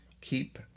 keep